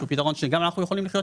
שהוא פתרון שגם אנחנו יכולים לחיות,